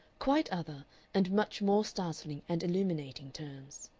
quite other and much more startling and illuminating terms.